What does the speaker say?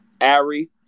Ari